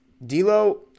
D'Lo